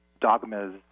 dogmas